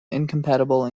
incompatible